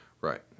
Right